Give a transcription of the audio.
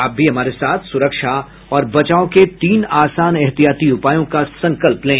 आप भी हमारे साथ सुरक्षा और बचाव के तीन आसान एहतियाती उपायों का संकल्प लें